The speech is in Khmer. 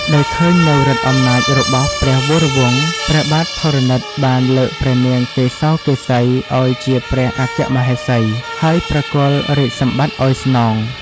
ដោយឃើញនូវឫទ្ធិអំណាចរបស់ព្រះវរវង្ស ព្រះបាទធរណិតបានលើកព្រះនាងកេសកេសីឱ្យជាព្រះអគ្គមហេសី ហើយប្រគល់រាជសម្បត្តិឱ្យស្នង។